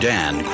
Dan